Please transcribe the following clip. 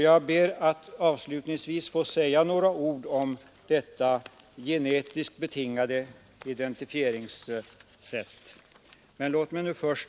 Jag ber att avslutningsvis få säga några ord om denna ”genetiskt” betingade identifieringsmetod.